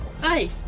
Hi